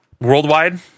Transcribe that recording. worldwide